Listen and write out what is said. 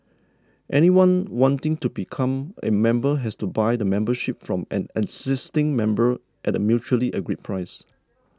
anyone wanting to become a member has to buy the membership from an existing member at a mutually agreed price